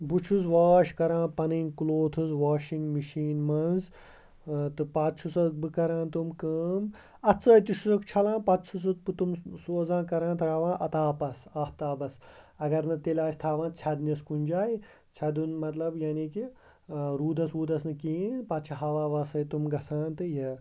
بہٕ چھُس واش کَران پَنٕنۍ کٕلوتھٕس واشِنگ مِشیٖن مَنٛز تہٕ پَتہٕ چھُسَکھ بہٕ کَران تِم کٲم اَتھہٕ سۭتۍ تہِ چھُسَکھ چھلان پَتہٕ چھُسَکھ بہٕ تِم سوزان کَران تراوان تاپَس آفتابَس اگر نہٕ تیٚلہِ آسہِ تھاوان ژھٮ۪دنِس کُنہِ جایہِ ژھٮ۪دُن مطلب یعنی کہِ رودَس وودَس نہٕ کِہیٖنۍ پَتہٕ چھِ ہوا وَوا سۭتۍ تِم گَژھان تہٕ یہِ